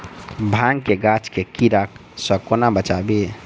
भांग केँ गाछ केँ कीड़ा सऽ कोना बचाबी?